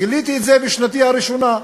גיליתי את זה בשנתי הראשונה.